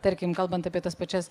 tarkim kalbant apie tas pačias